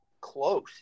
close